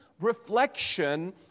reflection